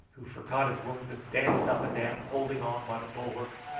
who forgot his wound, and danced up and down, holding on by the bulwarks,